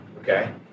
okay